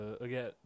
again